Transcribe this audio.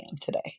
today